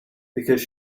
because